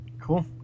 Cool